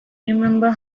remember